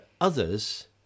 others